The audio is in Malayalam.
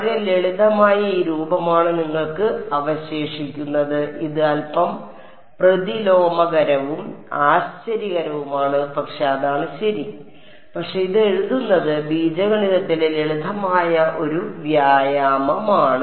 വളരെ ലളിതമായ ഈ രൂപമാണ് നിങ്ങൾക്ക് അവശേഷിക്കുന്നത് ഇത് അൽപ്പം പ്രതിലോമകരവും ആശ്ചര്യകരവുമാണ് പക്ഷേ അതാണ് ശരി പക്ഷേ ഇത് എഴുതുന്നത് ബീജഗണിതത്തിലെ ലളിതമായ ഒരു വ്യായാമമാണ്